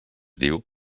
diu